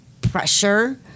pressure